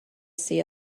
see